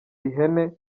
ihene